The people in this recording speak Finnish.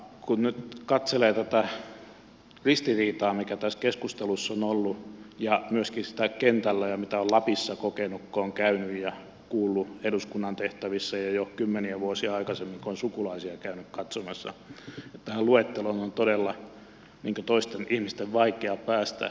kun nyt katselee tätä ristiriitaa mikä tässä keskusteluissa on ollut ja myöskin kentällä ja mitä on lapissa kokenut kun on käynyt ja kuullut eduskunnan tehtävissä ja jo kymmeniä vuosia aikaisemmin kun on sukulaisia käynyt katsomassa niin tähän luetteloon on todella niin kuin toisten ihmisten vaikea päästä